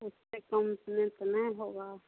उससे कम में तो नहीं होगा